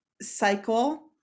cycle